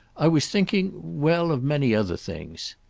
i was thinking well, of many other things.